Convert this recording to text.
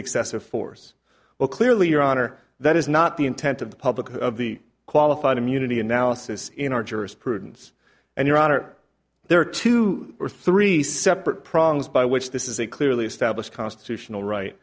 excessive force well clearly your honor that is not the intent of the public of the qualified immunity analysis in our jurisprudence and your honor there are two or three separate problems by which this is a clearly established constitutional right